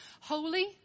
Holy